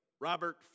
Robert